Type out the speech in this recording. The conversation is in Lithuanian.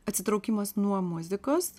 atsitraukimas nuo muzikos